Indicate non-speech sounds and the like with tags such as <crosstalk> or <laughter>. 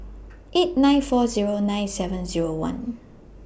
<noise> eight nine four Zero nine seven Zero one